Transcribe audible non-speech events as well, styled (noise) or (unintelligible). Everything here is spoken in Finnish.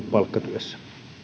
(unintelligible) palkkatyössä